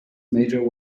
major